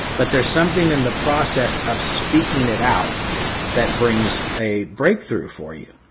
but there's something in the process of speaking it out that brings a breakthrough for you.